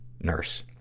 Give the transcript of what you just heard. nurse